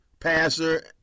passer